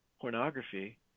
pornography